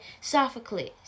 Sophocles